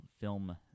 Film